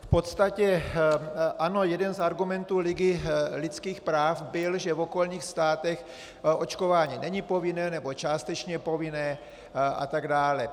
V podstatě ano, jeden z argumentů Ligy lidských práv byl, že v okolních státech očkování není povinné, nebo je částečně povinné atd.